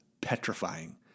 petrifying